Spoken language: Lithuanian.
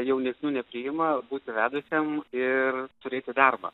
jaunesnių nepriima būti vedusiam ir turėti darbą